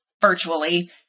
virtually